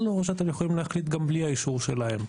או שאתם יכולים להחליט גם בלי האישור שלהם?